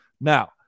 Now